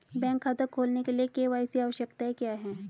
Bank खाता खोलने के लिए के.वाई.सी आवश्यकताएं क्या हैं?